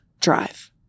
drive